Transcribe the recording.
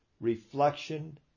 reflection